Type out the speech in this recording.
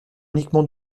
uniquement